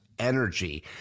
energy